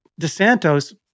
DeSanto's